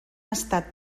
estat